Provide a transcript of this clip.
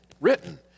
written